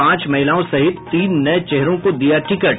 पांच महिलाओं सहित तीन नये चेहरों को दिया टिकट